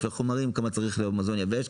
כמה צריך חומרים למזון יבש,